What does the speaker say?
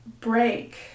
break